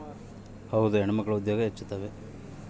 ಶಿಕ್ಷಣ ಕೊಟ್ರ ಹೆಣ್ಮಕ್ಳು ಉದ್ಯೋಗ ಹೆಚ್ಚುತಾವ